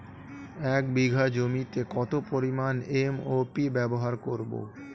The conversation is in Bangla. এক বিঘা জমিতে কত পরিমান এম.ও.পি ব্যবহার করব?